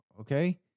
Okay